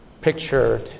picture